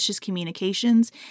communications